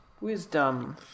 Wisdom